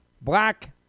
black